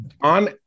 on